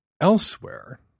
elsewhere